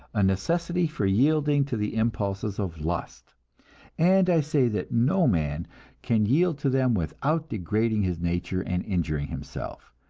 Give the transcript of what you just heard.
a necessity for yielding to the impulses of lust and i say that no man can yield to them without degrading his nature and injuring himself,